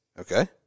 okay